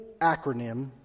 acronym